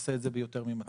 נעשה את זה ביותר מ-200.